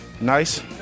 Nice